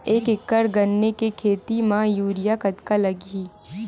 एक एकड़ गन्ने के खेती म यूरिया कतका लगही?